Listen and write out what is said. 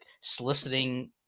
soliciting